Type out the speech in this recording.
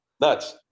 nuts